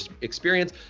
experience